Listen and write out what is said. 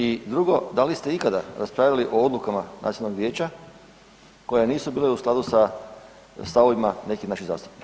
I drugo, da li ste ikada raspravljali o odlukama Nacionalnog vijeća koje nisu bile u skladu sa stavovima nekih naših zastupnika?